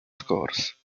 scores